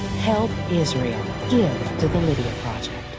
help israel, give to the lydia project.